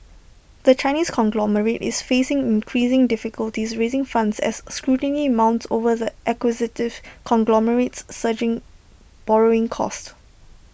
the Chinese conglomerate is facing increasing difficulties raising funds as scrutiny mounts over the acquisitive conglomerate's surging borrowing costs